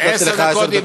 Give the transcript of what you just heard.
נתתי לך עשר דקות,